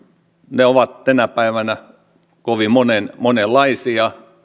ne voivat olla tänä päivänä kovin monenlaisia